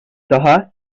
daha